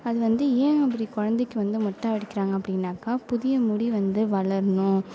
அது வந்து ஏன் இப்படி குழந்தைக்கு வந்து மொட்டை அடிக்கிறாங்க அப்படினாக்கா புதிய முடி வந்து வளரணும்